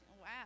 Wow